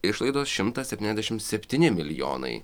išlaidos šimtas septyniasdešim septyni milijonai